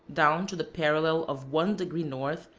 down to the parallel of one degree north,